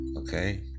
Okay